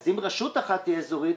אם רשות אחת תהיה אזורית,